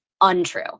untrue